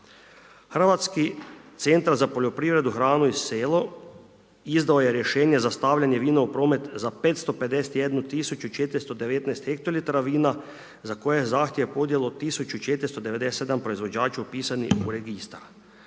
Hrvatski centar za poljoprivredu, hranu i selo, izdao je rješenje za stavljanje vina u promet za 551 tisuća 419 hektolitara vina, za koje je zahtjeve podnijelo 1497 proizvođača upisanih u registar.